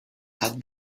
had